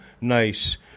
nice